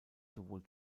sowohl